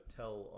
tell